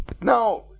Now